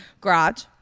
garage